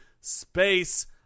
space